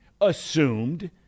assumed